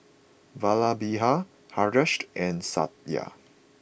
Vallabhbhai Hareshed and Satya